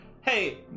Hey